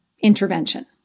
intervention